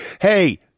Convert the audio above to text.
hey